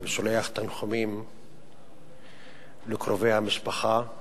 ואני שולח תנחומים לקרובי המשפחה,